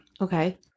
okay